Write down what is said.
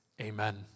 Amen